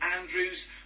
Andrews